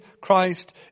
Christ